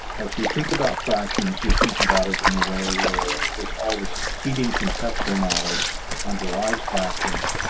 as we think about fractions, you think about it in a way where there's all this preceding conceptual knowledge that underlies fractions.